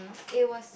it was